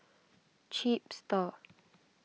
chipster